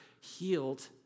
healed